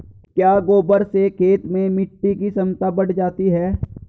क्या गोबर से खेत में मिटी की क्षमता बढ़ जाती है?